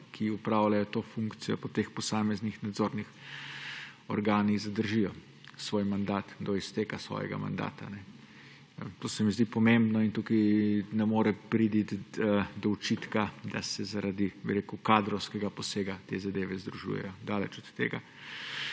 ki opravljajo to funkcijo po teh posameznih nadzornih organih, zadržijo svoj mandat do izteka svojega mandata. To se mi zdi pomembno in tukaj ne more priti do očitka, da se zaradi, bi rekel, kadrovskega posega te zadeve združujejo. Daleč od tega.